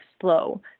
slow